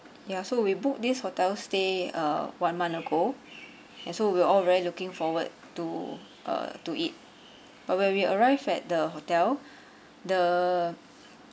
ya so we book this hotel stay uh one month ago and so we all very looking forward to uh to it but when we arrived at the hotel the